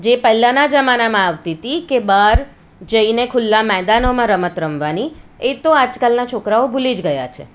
જે પહેલાના જમાનામાં આવતી હતી કે બહાર જઈને ખુલ્લાં મેદાનોમાં રમત રમવાની એ તો આજકાલનાં છોકરાઓ ભૂલી જ ગયા છે